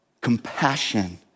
compassion